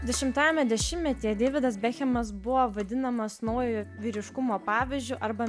dešimtajame dešimtmetyje deividas bekhemas buvo vadinamas naujojo vyriškumo pavyzdžiu arba